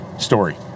Story